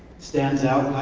stands out,